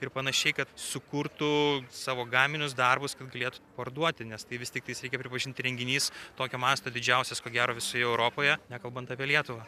ir panašiai kad sukurtų savo gaminius darbus kad galėtų parduoti nes tai vis tiktais reikia pripažinti renginys tokio masto didžiausias ko gero visoje europoje nekalbant apie lietuvą